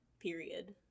period